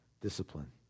discipline